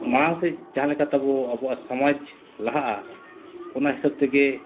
ᱢᱟᱲᱟᱝ ᱥᱮᱫ ᱡᱟᱦᱟᱸ ᱞᱮᱠᱟ ᱛᱟᱵᱚᱱ ᱟᱵᱚᱣᱟᱜ ᱥᱚᱢᱟᱡᱽ ᱞᱟᱦᱟᱜᱼᱟ ᱚᱱᱟ ᱦᱤᱥᱟᱹᱵᱽ ᱛᱮᱜᱮ